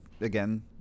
again